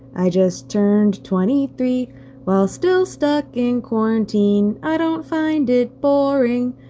i just turned twenty three while still stuck in quarantine. i don't find it boring.